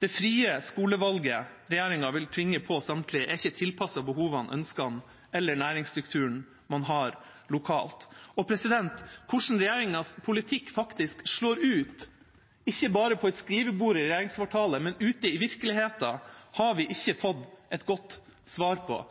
Det frie skolevalget regjeringa vil tvinge på samtlige, er ikke tilpasset behovene, ønskene eller næringsstrukturen man har lokalt. Hvordan regjeringas politikk faktisk slår ut, ikke bare på et skrivebord i regjeringskvartalet, men ute i virkeligheten, har vi ikke fått et godt svar på.